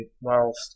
whilst